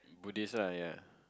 Buddhist ah ya